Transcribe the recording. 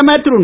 பிரதமர் திரு